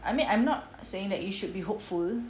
I mean I'm not saying that you should be hopeful